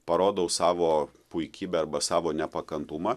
parodau savo puikybę arba savo nepakantumą